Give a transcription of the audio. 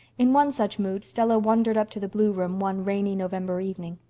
in one such mood stella wandered up to the blue room one rainy november evening.